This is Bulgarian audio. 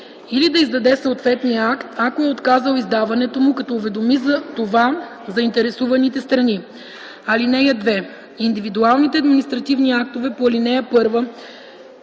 или да издаде съответния акт, ако е отказал издаването му, като уведоми за това заинтересуваните страни. (2) Индивидуалните административни актове по ал. 1